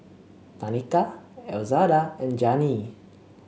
Tanika Elzada and Janey